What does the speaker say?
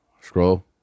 Scroll